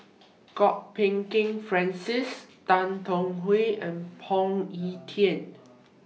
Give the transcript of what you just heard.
Kwok Peng Kin Francis Tan Tong Hye and Phoon Yew Tien